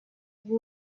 you